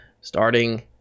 starting